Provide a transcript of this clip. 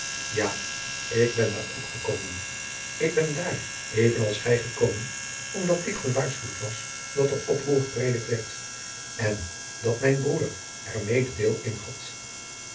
ja ik ben daar ook gekomen ik ben daar even als gij gekomen omdat ik gewaarschuwd was dat er oproer gepredikt werd en dat mijn broeder er mede deel in had